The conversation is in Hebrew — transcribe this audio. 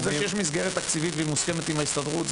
יש מסגרת תקציבית מוסכמת עם ההסתדרות.